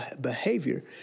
behavior